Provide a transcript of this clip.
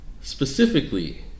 Specifically